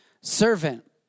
servant